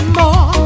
more